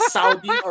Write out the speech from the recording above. Saudi